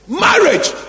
Marriage